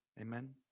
amen